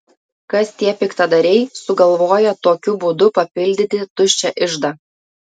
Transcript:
kas tie piktadariai sugalvoję tokiu būdu papildyti tuščią iždą